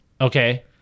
Okay